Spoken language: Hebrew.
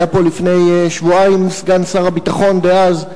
היה כאן לפני שבועיים סגן שר הביטחון דאז,